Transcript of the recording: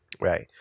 Right